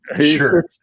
Sure